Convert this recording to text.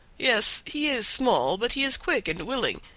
yes, he is small, but he is quick and willing,